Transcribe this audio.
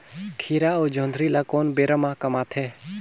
खीरा अउ जोंदरी ल कोन बेरा म कमाथे?